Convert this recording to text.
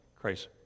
Christ